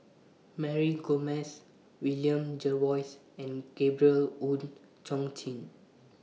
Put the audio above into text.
Mary Gomes William Jervois and Gabriel Oon Chong Jin